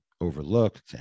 overlooked